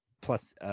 plus